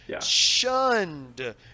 shunned